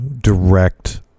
direct